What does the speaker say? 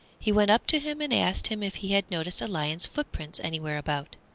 he went up to him and asked him if he had noticed a lion's footprints anywhere about,